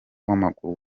w’amaguru